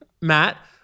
Matt